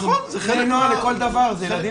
נכון, זה חלק לכל דבר, אלה ילדים לכל דבר.